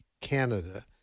Canada